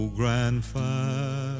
grandfather